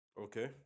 Okay